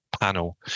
panel